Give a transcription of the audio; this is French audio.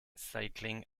cycling